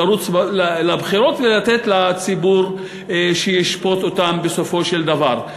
לרוץ לבחירות ולתת לציבור לשפוט אותן בסופו של דבר.